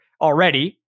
already